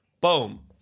boom